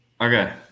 okay